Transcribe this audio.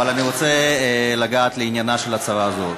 אבל אני רוצה לגעת לעניינה של הצהרה זו.